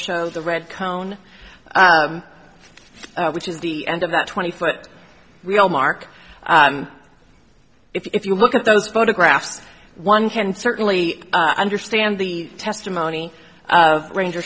show the red cone which is the end of that twenty foot real mark if you look at those photographs one can certainly understand the testimony of ranger